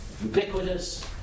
ubiquitous